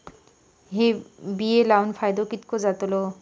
हे बिये लाऊन फायदो कितको जातलो?